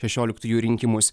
šešioliktųjų rinkimus